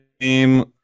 name